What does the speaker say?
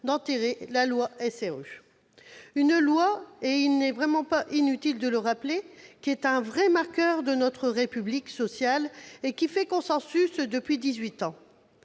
: enterrer la loi SRU. Cette loi- et il n'est vraiment pas inutile de le rappeler -est un vrai marqueur de notre République sociale et fait consensus depuis